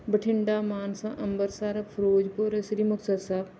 Bathinda Mansa Amritsar Firozpur Sri Muktsar Sahib